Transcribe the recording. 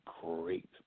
great